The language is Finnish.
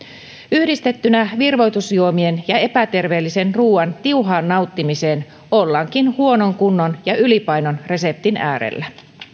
yhdistettynä virvoitusjuomien ja epäterveellisen ruuan tiuhaan nauttimiseen ollaankin huonon kunnon ja ylipainon reseptin äärellä